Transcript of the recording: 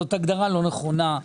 זאת הגדרה לא נכונה,